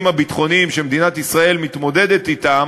הביטחוניים שמדינת ישראל מתמודדת אתם